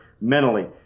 mentally